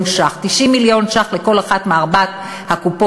ש"ח: 90 מיליון ש"ח לכל אחת מארבע הקופות,